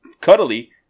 cuddly